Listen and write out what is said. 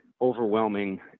overwhelming